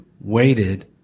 waited